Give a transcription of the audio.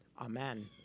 Amen